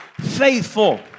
faithful